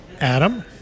Adam